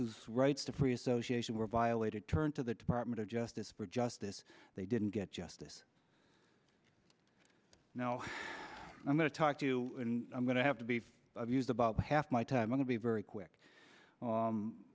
whose rights to free association were violated turn to the department of justice for justice they didn't get justice now i'm going to talk to you and i'm going to have to be of use about half my time going to be very quick